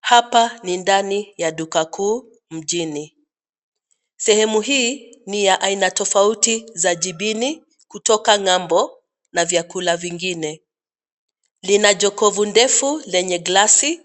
Hapa ni ndani ya duka kuu mjini. Sehemu hii ni ya aina tofauti za jibini kutoka ng'ambo na vyakula vingine. Lina jokofu ndefu lenye glasi